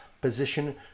position